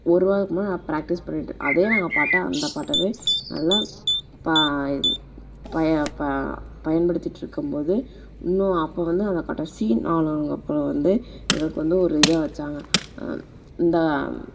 ஒரு வாரமாக ப்ராக்டிஸ் பண்ணிவிட்டு அதே நாங்கள் பாட்டாக அந்த பாட்டாகவே நல்லா பா பயன் பா பயன்படுத்திகிட்ருக்கும்போது இன்னும் அப்போ வந்து அந்த கடைசி நாளுங்கிறப்ப வந்து எங்களுக்கு வந்து ஒரு இதாக வைச்சாங்க இந்த